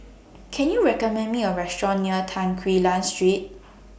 Can YOU recommend Me A Restaurant near Tan Quee Lan Street